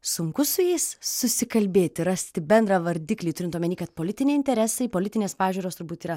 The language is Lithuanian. sunku su jais susikalbėti rasti bendrą vardiklį turint omenyje kad politiniai interesai politinės pažiūros turbūt yra